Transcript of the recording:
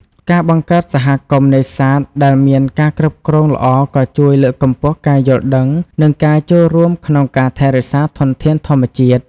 ការបង្កើតសហគមន៍នេសាទដែលមានការគ្រប់គ្រងល្អក៏ជួយលើកកម្ពស់ការយល់ដឹង និងការចូលរួមក្នុងការថែរក្សាធនធានធម្មជាតិ។